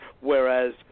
whereas